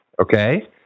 okay